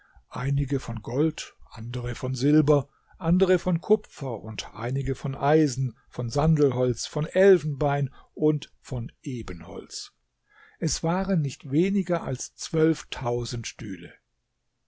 einige von gold andere von silber andere von kupfer und einige von eisen von sandelholz von elfenbein und von ebenholz es waren nicht weniger als zwölftausend stühle